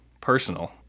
personal